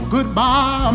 Goodbye